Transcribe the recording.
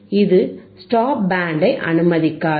இது ஸ்டாப் பேண்டை அனுமதிக்காது